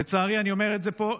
לצערי אני אומר את זה פה,